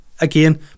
Again